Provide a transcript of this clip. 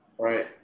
Right